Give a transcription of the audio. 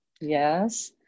Yes